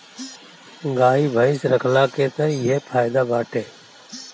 गाई भइस रखला के तअ इहे फायदा बाटे